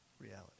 reality